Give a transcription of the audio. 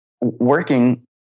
working